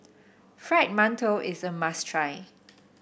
Fried Mantou is a must try